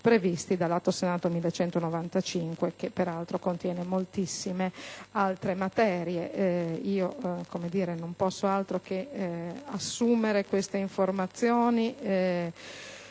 capito, dall'Atto Senato n. 1195, che peraltro contiene moltissime altre materie. Io non posso fare altro che assumere queste informazioni